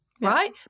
right